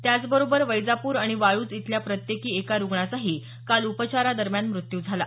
त्याचबरोबर वैजापूर आणि वाळूज इथल्या प्रत्येकी एका रुग्णांचाही काल उपचारादरम्यान मृत्यू झाला